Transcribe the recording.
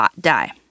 die